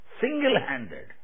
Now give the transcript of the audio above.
single-handed